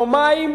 יומיים